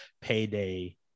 payday